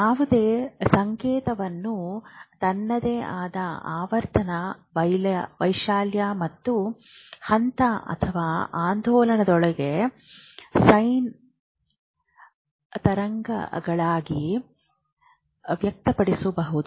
ಯಾವುದೇ ಸಂಕೇತವನ್ನು ತನ್ನದೇ ಆದ ಆವರ್ತನ ವೈಶಾಲ್ಯ ಮತ್ತು ಹಂತ ಅಥವಾ ಆಂದೋಲನಗಳೊಂದಿಗೆ ಸೈನ್ ತರಂಗಗಳಾಗಿ ವ್ಯಕ್ತಪಡಿಸಬಹುದು